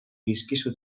dizkizu